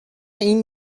این